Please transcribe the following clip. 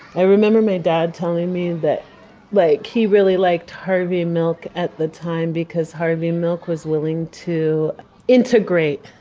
i remember my dad telling me that like he really liked harvey milk at the time because harvey milk was willing to integrate